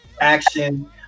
action